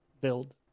build